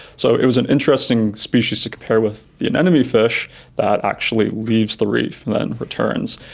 so it was an interesting species to compare with the anemone fish that actually leaves the reef then returns.